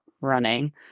running